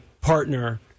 partner